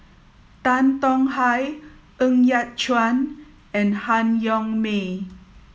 Tan Tong Hye Ng Yat Chuan and Han Yong May